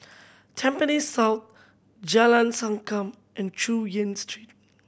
Tampines South Jalan Sankam and Chu Yen Street